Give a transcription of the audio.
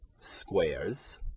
squares